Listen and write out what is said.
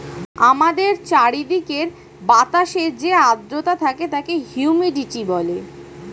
আমাদের চারিদিকের বাতাসে যে আর্দ্রতা থাকে তাকে হিউমিডিটি বলে